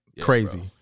Crazy